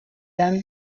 dan